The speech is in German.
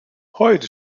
heute